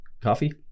coffee